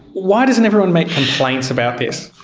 why doesn't everyone make complaints about this?